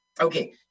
okay